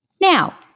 Now